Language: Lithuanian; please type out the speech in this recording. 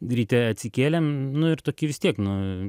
ryte atsikėlėm nu ir toki vis tiek nu